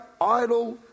idle